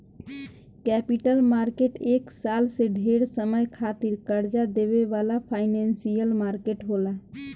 capital market एक साल से ढेर समय खातिर कर्जा देवे वाला फाइनेंशियल मार्केट होला